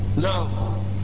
No